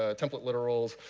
ah template literals,